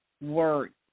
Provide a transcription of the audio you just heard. word